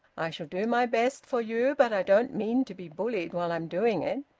i shall do my best for you, but i don't mean to be bullied while i'm doing it!